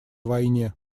войне